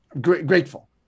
grateful